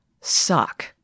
suck